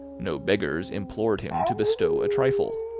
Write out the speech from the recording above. no beggars implored him to bestow a trifle,